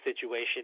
situation –